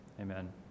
amen